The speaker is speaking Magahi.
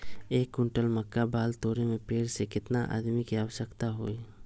एक क्विंटल मक्का बाल तोरे में पेड़ से केतना आदमी के आवश्कता होई?